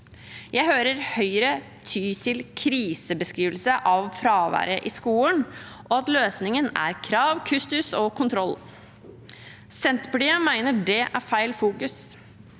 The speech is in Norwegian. Jeg hører Høyre tyr til krisebeskrivelse av fraværet i skolen, og at løsningen er krav, kustus og kontroll. Senterpartiet mener det er feil fokus.